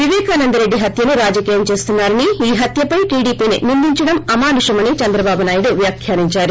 విపేకానంద రెడ్డి హత్యను రాజకీయం చేస్తున్నారని ఈ హత్యపై టీడీపీని నిందించడం అమానుషమని చంద్రబాబు నాయుడు వ్యాఖ్యానించారు